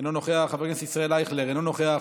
אינו נוכח, חבר הכנסת ישראל אייכלר, אינו נוכח,